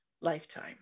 lifetime